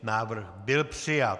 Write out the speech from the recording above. Návrh byl přijat.